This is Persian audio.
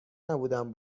نبودم